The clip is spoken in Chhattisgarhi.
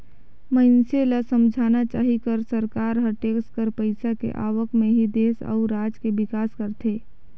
मइनसे ल समझना चाही कर सरकार हर टेक्स कर पइसा के आवक म ही देस अउ राज के बिकास करथे